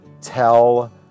tell